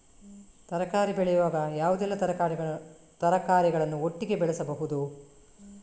ತರಕಾರಿ ಬೆಳೆಯುವಾಗ ಯಾವುದೆಲ್ಲ ತರಕಾರಿಗಳನ್ನು ಒಟ್ಟಿಗೆ ಬೆಳೆಸಬಹುದು?